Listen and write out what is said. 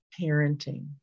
parenting